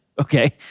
okay